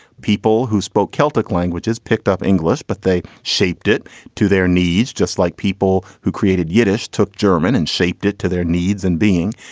people who spoke celtic languages picked up english, but they shaped it to their needs, just like people who created yiddish, took german and shaped it to their needs and being.